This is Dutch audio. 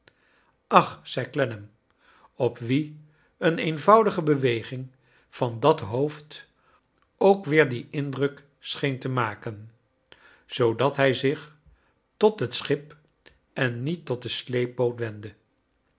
ach zei clennam op wien een eenvoudige beweging van dat hoofd ook weer dien indruk scheen te maken zoodat hij zich tot het schip en niet tot de sleepboot wendde